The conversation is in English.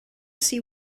see